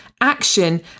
action